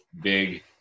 big